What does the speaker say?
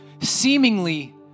seemingly